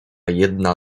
jedna